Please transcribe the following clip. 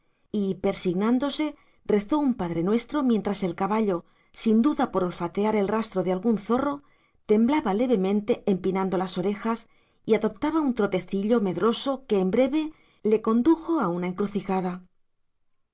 y persignándose rezó un padrenuestro mientras el caballo sin duda por olfatear el rastro de algún zorro temblaba levemente empinando las orejas y adoptaba un trotecillo medroso que en breve le condujo a una encrucijada